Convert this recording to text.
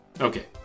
okay